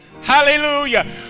Hallelujah